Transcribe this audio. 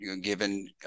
given